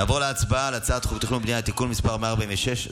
נעבור להצבעה על הצעת חוק התכנון והבנייה (תיקון מס' 146),